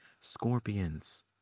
Scorpions